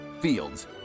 Fields